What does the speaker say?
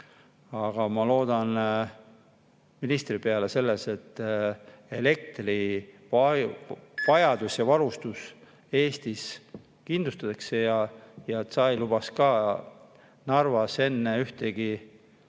Aga ma loodan ministri peale selles, et elektrivarustus Eestis kindlustatakse ja et ta ei luba Narvas enne ühtegi